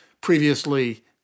previously